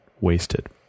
wasted